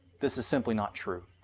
this is simply not true.